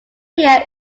here